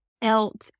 Else